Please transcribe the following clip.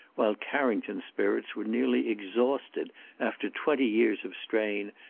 while carrington's spirits were nearly exhausted after twenty years of strain,